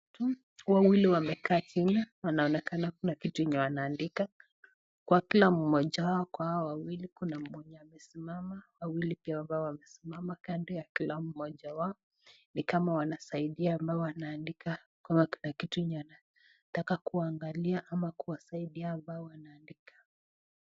Watu wawili wamekaa chini wanaonekana kuna vitu yenyewanaandika kwa kila mmoja wao kwa hawa wawili kuna mwenye amesimama , wawili pia wenye wamesimama kando ya kila mmoja wao ni kama wanasaidia ambao wanaandika kama kuna kitu yenye wanataka kuangalia ama kuwasaidia mabao wanaandika